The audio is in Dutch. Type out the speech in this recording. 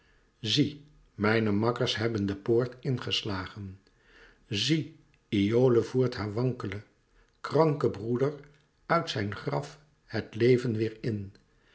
zie mijne makkers hebben de poort in geslagen zie iole voert haar wankelen kranken broeder uit zijn graf het leven weêr in